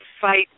fight